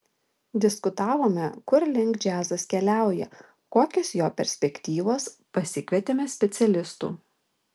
diskutavome kur link džiazas keliauja kokios jo perspektyvos pasikvietėme specialistų